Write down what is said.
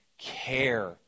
Care